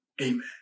Amen